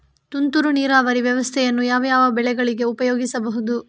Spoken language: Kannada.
ತುಂತುರು ನೀರಾವರಿ ವ್ಯವಸ್ಥೆಯನ್ನು ಯಾವ್ಯಾವ ಬೆಳೆಗಳಿಗೆ ಉಪಯೋಗಿಸಬಹುದು?